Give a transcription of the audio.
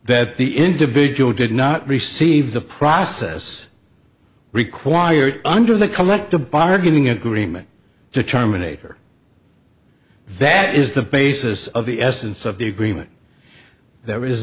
that the individual did not receive the process required under the collective bargaining agreement to terminate or that is the basis of the essence of the agreement there is